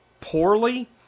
poorly